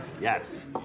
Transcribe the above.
Yes